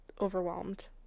overwhelmed